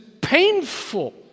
painful